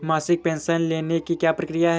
मासिक पेंशन लेने की क्या प्रक्रिया है?